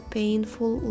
painful